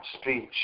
speech